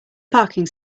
parking